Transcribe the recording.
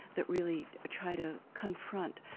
that really try to confront,